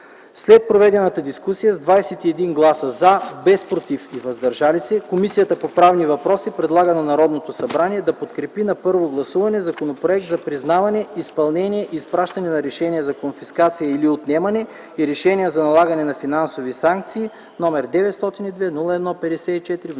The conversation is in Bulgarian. След проведената дискусия с 21 гласа „за”, без „против” и „въздържали се”, Комисията по правни въпроси предлага на Народното събрание да подкрепи на първо гласуване Законопроект за признаване, изпълнение и изпращане на решения за конфискация или отнемане и решения за налагане на финансови санкции, № 902 01 54, внесен